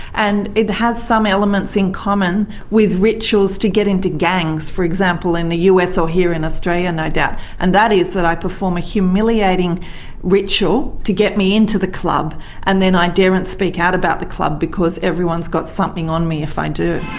and it has some elements in common with rituals to get into gangs, for example in the us or here in australia and no doubt, and that is that i perform a humiliating ritual to get me into the club and then i daren't speak out about the club because everyone's got something on me if i do.